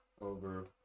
over